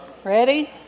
Ready